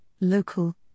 local